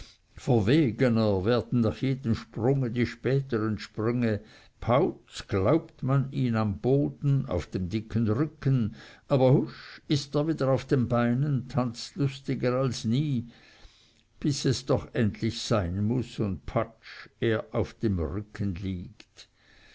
verwegener werden nach jedem sprunge die spätern sprünge pauz glaubt man ihn am boden auf dem dicken rücken aber husch ist er wieder auf den beinen tanzt lustiger als nie bis es doch endlich sein muß und patsch er auf dem rücken liegt